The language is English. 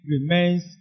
remains